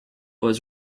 was